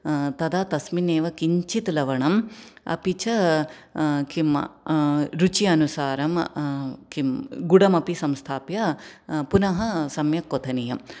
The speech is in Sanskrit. तदा तस्मिन्नेव किञ्चित् लवणम् अपि च किं रुचि अनुसारं किं गुडमपि संस्थाप्य पुनः सम्यक् क्वथनीयम्